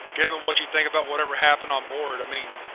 given what you think about whatever happened on-board. i mean,